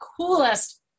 coolest